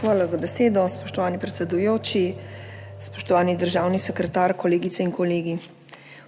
Hvala za besedo, spoštovani predsedujoči. Spoštovani državni sekretar, kolegice in kolegi!